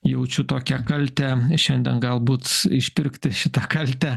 jaučiu tokią kaltę šiandien galbūt išpirkti šitą kaltę